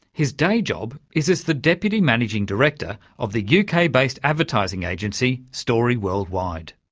his day job is as the deputy managing director of the uk-based advertising agency story worldwide.